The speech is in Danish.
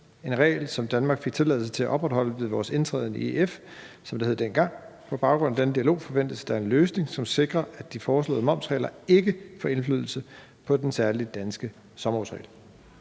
en regel, som Danmark fik tilladelse til at opretholde ved vores indtræden i EF, som det hed dengang. På baggrund af denne dialog forventes der en løsning, som sikrer, at de foreslåede momsregler ikke får indflydelse på den særlige danske sommerhusregel.